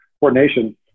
coordination